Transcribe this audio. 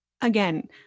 again